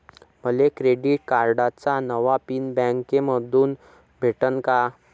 मले क्रेडिट कार्डाचा नवा पिन बँकेमंधून भेटन का?